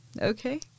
Okay